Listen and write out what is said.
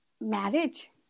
marriage